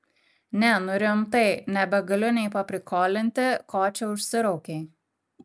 ne nu rimtai nebegaliu nei paprikolinti ko čia užsiraukei